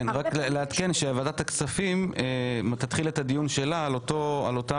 רק נעדכן שוועדת הכספים תתחיל את הדיון שלה על אותה